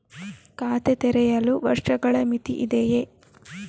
ಖಾತೆ ತೆರೆಯಲು ವರ್ಷಗಳ ಮಿತಿ ಇದೆಯೇ?